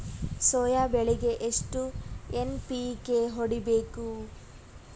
Soya ಬೆಳಿಗಿ ಎಷ್ಟು NPK ಹೊಡಿಬೇಕು?